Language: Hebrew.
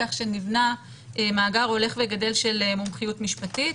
כך שנבנה מאגר הולך וגדל של מומחיות משפטית.